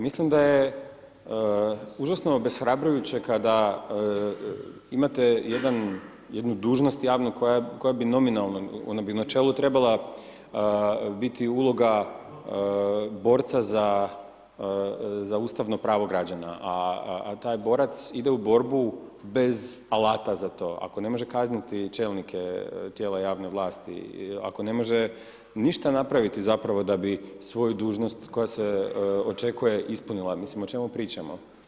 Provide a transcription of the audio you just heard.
Mislim da je užasno obeshrabrujuće kada imate jednu dužnost javnu koja bi nominalno, koja bi u načelu trebala biti uloga borca za ustavno pravo građana a taj borac ide u borbu bez alata za to, ako ne može kazniti čelnike tijela javne vlasti i ako ne može ništa napraviti zapravo da bi svoju dužnost koja se očekuje ispunila, mislim o čemu pričamo?